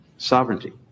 Sovereignty